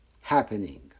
happening